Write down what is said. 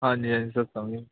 ਹਾਂਜੀ ਹਾਂਜੀ ਸਰ ਸਮਝ ਗਿਆ